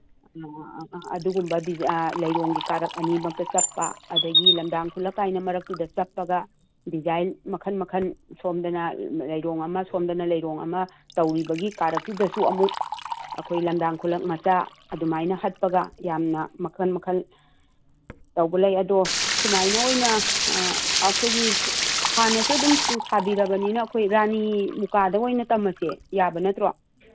ꯑꯥ ꯑꯗꯨꯒꯨꯝꯕ ꯂꯩꯔꯣꯡꯒꯤ ꯀꯥꯔꯛ ꯑꯅꯤꯃꯛꯇ ꯆꯞꯄ ꯑꯗꯒꯤ ꯂꯝꯗꯥꯡ ꯈꯨꯂꯛ ꯀꯥꯏꯅ ꯃꯔꯛꯇꯨꯗ ꯆꯞꯄꯒ ꯗꯤꯖꯥꯏꯟ ꯃꯈꯟ ꯃꯈꯟ ꯁꯣꯝꯗꯅ ꯂꯩꯔꯣꯡ ꯑꯃ ꯁꯣꯝꯗꯅ ꯂꯩꯔꯣꯡ ꯑꯃ ꯇꯧꯔꯤꯕꯒꯤ ꯀꯥꯔꯛꯇꯨꯗꯁꯨ ꯑꯃꯨꯛ ꯑꯩꯈꯣꯏ ꯂꯝꯗꯥꯡ ꯈꯨꯂꯛ ꯃꯆꯥ ꯑꯗꯨꯃꯥꯏꯅ ꯍꯠꯄꯒ ꯌꯥꯝꯅ ꯃꯈꯟ ꯃꯈꯟ ꯇꯧꯕ ꯂꯩ ꯑꯗꯣ ꯁꯨꯃꯥꯏꯅ ꯑꯣꯏꯅ ꯑꯩꯈꯣꯏꯒꯤ ꯍꯥꯟꯅꯁꯨ ꯑꯗꯨꯝ ꯁꯥꯕꯤꯔꯕꯅꯤꯅ ꯑꯩꯈꯣꯏ ꯔꯥꯅꯤ ꯃꯨꯀꯥꯗ ꯑꯣꯏꯅ ꯇꯝꯃꯁꯤ ꯌꯥꯕ ꯅꯠꯇ꯭ꯔꯣ